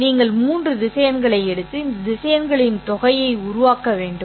நீங்கள் மூன்று திசையன்களை எடுத்து இந்த திசையன்களின் தொகையை உருவாக்க வேண்டும்